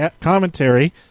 commentary